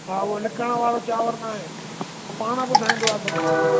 हा उहो लिकण वारो चांवर न आहे हू पाण ॿुधाईंदो आहे सभिनि खे